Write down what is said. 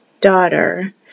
daughter